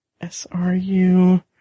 S-R-U